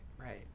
right